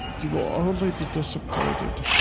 you will only be disappointed.